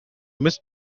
mist